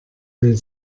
will